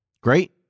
Great